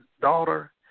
daughter –